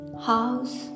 House